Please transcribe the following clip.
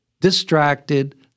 distracted